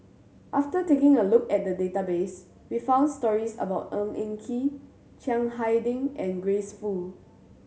after taking a look at the database we found stories about Ng Eng Kee Chiang Hai Ding and Grace Fu